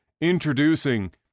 introducing